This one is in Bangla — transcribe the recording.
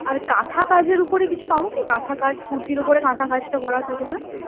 আর কাঁথা কাজের উপরে কিছু পাব কি কাঁথা কাজ কুর্তির উপরে কাঁথা কাজটা করা থাকবে